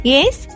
Yes